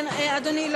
כן, אדוני.